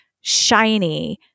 shiny